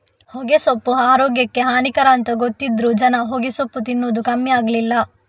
ಹೊಗೆಸೊಪ್ಪು ಆರೋಗ್ಯಕ್ಕೆ ಹಾನಿಕರ ಅಂತ ಗೊತ್ತಿದ್ರೂ ಜನ ಹೊಗೆಸೊಪ್ಪು ತಿನ್ನದು ಕಮ್ಮಿ ಆಗ್ಲಿಲ್ಲ